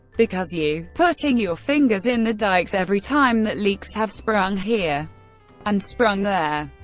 because you putting your fingers in the dikes every time that leaks have sprung here and sprung there